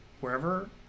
wherever